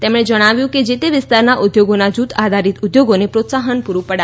તેમણે જણાવ્યું કે જે તે વિસ્તારના ઉદ્યોગોના જૂથ આધારિત ઉદ્યોગોને પ્રોત્સાહન પુરૂ પડાશે